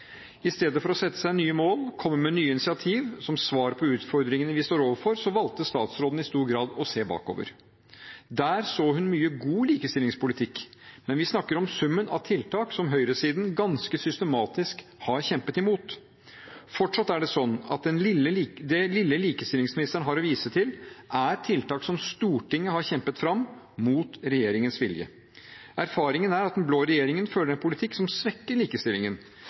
I stedet for å sette seg nye mål – komme med nye initiativ – som svar på utfordringene vi står overfor, valgte statsråden i stor grad å se bakover. Der så hun mye god likestillingspolitikk, men vi snakker om summen av tiltak som høyresiden ganske systematisk har kjempet imot. Fortsatt er det sånn at det lille likestillingsministeren har å vise til, er tiltak som Stortinget har kjempet fram – mot regjeringens vilje. Erfaringen er at den blå regjeringen fører en politikk som svekker likestillingen: